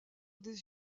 des